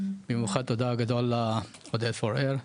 במיוחד תודה גדול לעודד פורר.